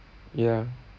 ya